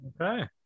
Okay